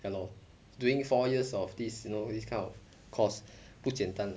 ya lor doing four years of this you know this kind of course 不简单